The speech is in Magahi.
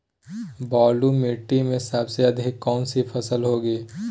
बालू मिट्टी में सबसे अधिक कौन सी फसल होगी?